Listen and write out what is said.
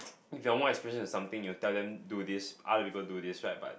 they are more experience with something you tell them do this other people do this right but